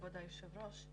כבוד היושב-ראש,